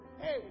hey